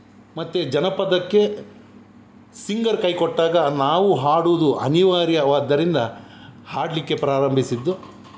ಮತ್ತು ಜನಪದಕ್ಕೆ ಸಿಂಗರ್ ಕೈ ಕೊಟ್ಟಾಗ ನಾವು ಹಾಡುವುದು ಅನಿವಾರ್ಯವಾದ್ದರಿಂದ ಹಾಡಲಿಕ್ಕೆ ಪ್ರಾರಂಭಿಸಿದ್ದು